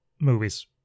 movies